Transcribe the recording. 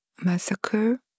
massacre